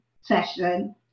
session